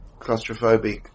claustrophobic